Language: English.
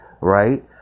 right